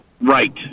right